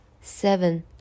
seven